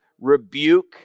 rebuke